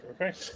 okay